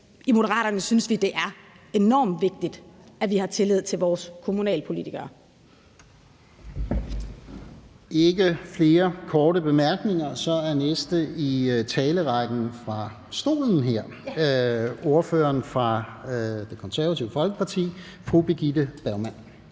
i Moderaterne synes vi, det er enormt vigtigt, at vi har tillid til vores kommunalpolitikere.